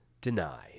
Denied